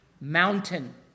mountain